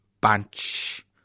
bunch